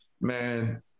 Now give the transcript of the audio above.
man